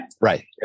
right